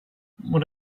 what